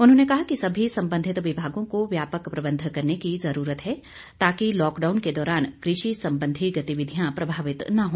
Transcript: उन्होंने कहा कि सभी संबंधित विभागों को व्यापक प्रबंध करने की जरूरत है ताकि लॉकडाउन के दौरान कृषि संबंधी गतिविधियां प्रभावित न हो